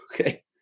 okay